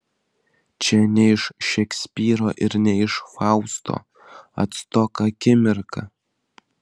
čia ne iš šekspyro ir ne iš fausto atstok akimirka